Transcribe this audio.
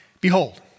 Behold